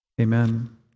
Amen